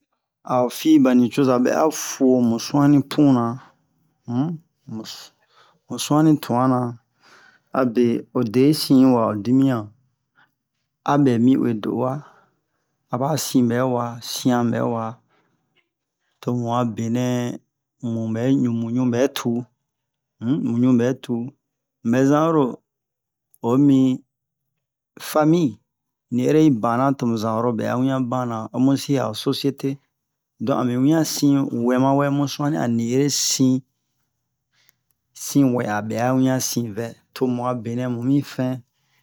a'o fi banicoza bɛ'a fu'o mu suani puna um mu suani tuana abe ode'i sin wa ho dimiyan abɛ mi uwe do u'a aba sin bɛwa sian bɛwa tomu'a benɛ mubɛ mu ɲubɛ tu um mu ɲubɛ tu mubɛ zan oro omi famille ni ereyi bana tomu zan oro bɛa wian bana omusi a'o societé don ami wian sinwɛ mawɛ mu suani a ni ere sin sinwɛ abɛ'a wian sinvɛ tomu'a benɛ mumi fin